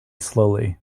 slowly